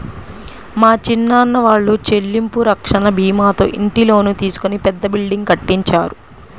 మా చిన్నాన్న వాళ్ళు చెల్లింపు రక్షణ భీమాతో ఇంటి లోను తీసుకొని పెద్ద బిల్డింగ్ కట్టించారు